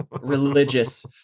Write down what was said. religious